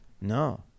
no